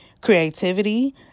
creativity